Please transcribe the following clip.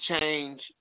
change